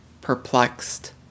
perplexed